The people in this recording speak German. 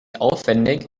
aufwendig